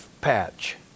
patch